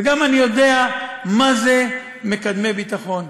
וגם אני יודע מה זה מקדמי ביטחון.